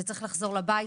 זה צריך לחזור לבית,